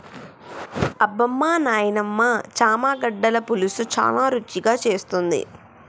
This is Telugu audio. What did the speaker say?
అబ్బమా నాయినమ్మ చామగడ్డల పులుసు చాలా రుచిగా చేస్తుంది